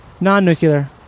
Non-nuclear